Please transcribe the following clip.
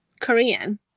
Korean